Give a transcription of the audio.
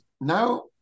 now